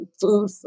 food